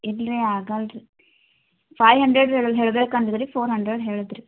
ಇಲ್ರಿ ಆಗಲ್ಲ ರೀ ಫೈವ್ ಹಂಡ್ರೆಡ್ ರೀ ಹೇಳ್ಬೇಕು ಅಂದಿದ್ದು ರೀ ಫೋರ್ ಹಂಡ್ರೆಡ್ ಹೇಳಿದೆ ರೀ